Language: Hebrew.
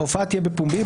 ההופעה תהיה בפומבי,